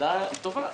הודעה טובה.